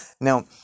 Now